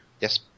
Yes